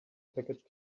package